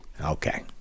Okay